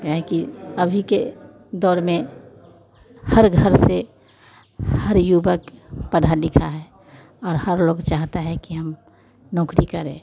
क्या है कि अभी के दौर में हर घर से हर युवक पढ़ा लिखा है और हर लोग चाहता है कि हम नौकरी करे